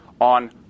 on